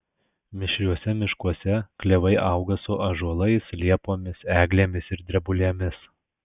mišriuose miškuose klevai auga su ąžuolais liepomis eglėmis ir drebulėmis